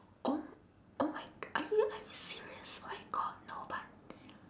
oh m~ oh my g~ are you are you serious oh my god no but